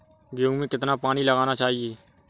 गेहूँ में कितना पानी लगाना चाहिए?